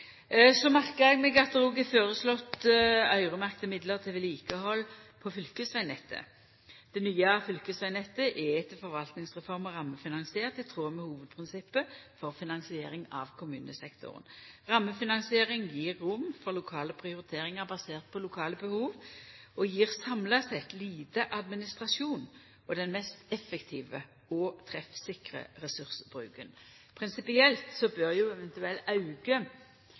Så merka eg meg at det òg er føreslått øyremerkte midlar til vedlikehald på fylkesvegnettet. Det nye fylkesvegnettet er etter forvaltingsreforma rammefinansiert i tråd med hovudprinsippet for finansiering av kommunesektoren. Rammefinansiering gjev rom for lokale prioriteringar baserte på lokale behov og gjev samla sett lite administrasjon og den mest effektive og treffsikre ressursbruken. Prinsipielt bør jo ein eventuell auke